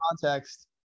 context